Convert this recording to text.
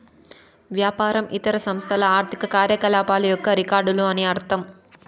వ్యాపారం ఇతర సంస్థల ఆర్థిక కార్యకలాపాల యొక్క రికార్డులు అని అర్థం